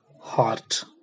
heart